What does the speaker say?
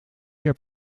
heb